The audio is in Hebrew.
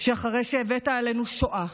שאחרי שהבאת עלינו שואה,